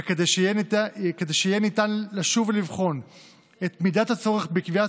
וכדי שיהיה ניתן לשוב ולבחון את מידת הצורך בקביעת